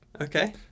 Okay